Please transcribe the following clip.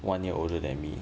one year older than me